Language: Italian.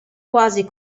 quasi